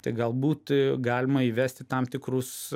tai galbūt galima įvesti tam tikrus